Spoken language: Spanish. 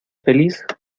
feliz